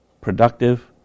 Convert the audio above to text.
productive